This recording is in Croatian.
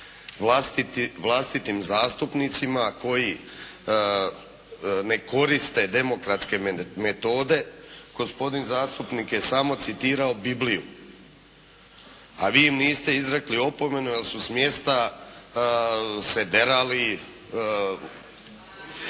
vlastitim zastupnicima koji ne koriste demokratske metode. Gospodin zastupnik je samo citirao Bibliju, a vi niste izrekli opomenu jer su s mjesta se derali